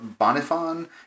Bonifon